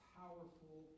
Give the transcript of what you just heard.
powerful